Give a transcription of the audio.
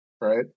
right